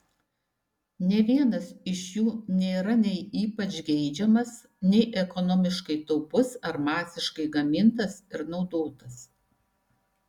nė vienas iš jų nėra nei ypač geidžiamas nei ekonomiškai taupus ar masiškai gamintas ir naudotas